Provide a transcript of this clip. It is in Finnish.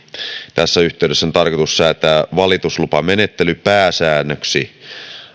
tässä yhteydessä on tarkoitus säätää valituslupamenettely pääsäännöksi